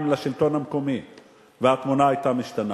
לשלטון המקומי והתמונה היתה משתנה?